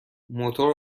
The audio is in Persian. موتور